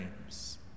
names